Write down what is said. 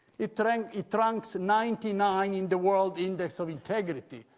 it ranks it ranks ninety ninth in the world index of integrity.